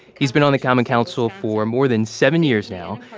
he's been on the common council for more than seven years now.